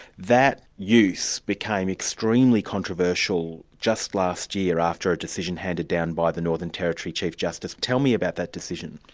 that use became extremely controversial just last year, after a decision handed down by the northern territory chief justice. tell me about that decision.